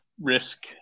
risk